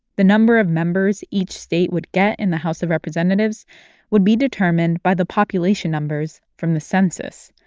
the number of members each state would get in the house of representatives would be determined by the population numbers from the census.